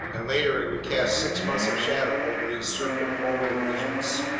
and later it would cast six months of shadow over these circumpolar regions.